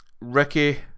Ricky